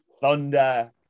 Thunder